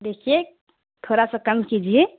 دیکھیے تھوڑا سا کم کیجیے